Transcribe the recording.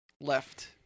left